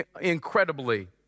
incredibly